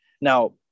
Now